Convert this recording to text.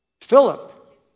Philip